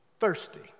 thirsty